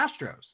Astros